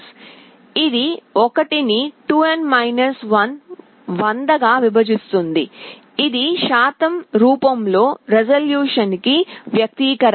ఇది 1 ని 100 గా విభజిస్తుంది ఇది శాతం రూపం లో రిజల్యూషన్ కి వ్యక్తీకరణ